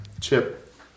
Chip